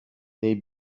they